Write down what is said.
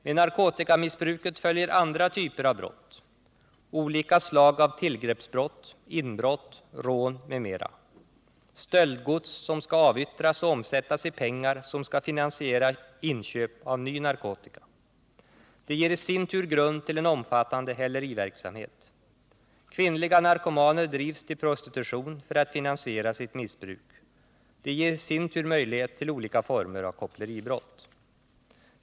Med narkotikamissbruket följer andra typer av brott: olika slag av tillgreppsbrott, inbrott, rån m.m. Stöldgodset skall avyttras och omsättas i pengar som skall finansiera inköp av ny narkotika. Det ger i sin tur grund till en omfattande häleriverksamhet. Kvinnliga narkomaner drivs till prostitution för att finansiera sitt missbruk. Detta ger i sin tur möjlighet till olika former av koppleribrott.